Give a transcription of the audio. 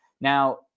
Now